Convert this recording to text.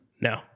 No